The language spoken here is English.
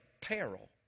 peril